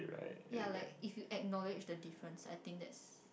ya like if you acknowledge the difference I think that's